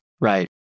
Right